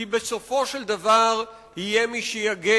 כי בסופו של דבר יהיה מי שיגן,